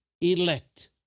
elect